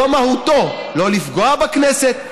זו מהותו: לא לפגוע בכנסת,